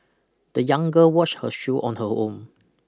the young girl wash her shoe on her own